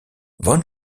von